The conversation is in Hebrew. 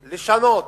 לשנות,